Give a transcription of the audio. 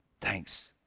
thanks